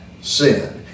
sin